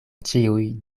ĉiuj